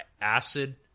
acid